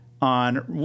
on